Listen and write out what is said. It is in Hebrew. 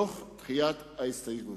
תוך דחיית ההסתייגות.